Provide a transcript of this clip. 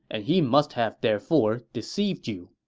and he must have therefore deceived you.